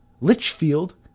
Litchfield